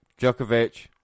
Djokovic